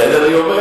לכן אני אומר,